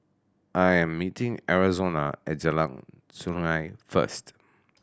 I am meeting Arizona at Jalan Sungei first